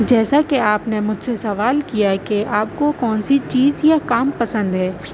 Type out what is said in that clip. جیسا کہ آپ نے مجھ سے سوال کیا ہے کہ آپ كو كون سی چیز یا كام پسند ہے